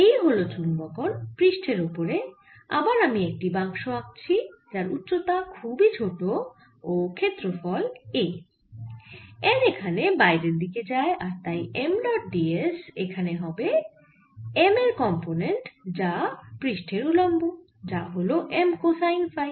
এই হল চুম্বকন পৃষ্ঠের ওপরে আবার আমি একটি বাক্স আঁকছি যার উচ্চতা খুবই ছোট ও ক্ষেত্রফল a n এখানে বাইরের দিকে যায় আর তাই M ডট d s এখানে থেকে হবে M এর কম্পোনেন্ট যা পৃষ্ঠের উলম্ব যা হল M কোসাইন ফাই